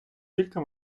кілька